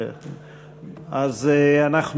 הוראת שעה) אושרה כנדרש בשלוש קריאות והפכה לחוק בישראל.